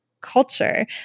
culture